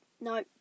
no